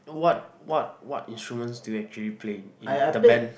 what what what instruments do you actually play in the band